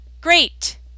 Great